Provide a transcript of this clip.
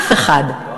אף אחד,